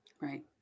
Right